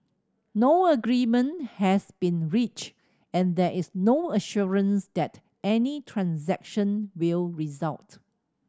no agreement has been reached and there is no assurance that any transaction will result